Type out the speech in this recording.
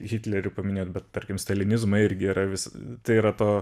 hitlerį paminėjot bet tarkim stalinizmą irgi yra visa tai yra to